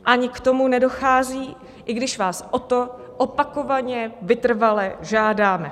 Ani k tomu nedochází, i když vás o to opakovaně vytrvale žádáme.